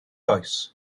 oes